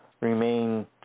remain